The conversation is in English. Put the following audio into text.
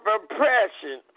oppression